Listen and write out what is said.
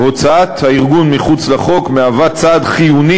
והוצאת הארגון מחוץ לחוק היא צעד חיוני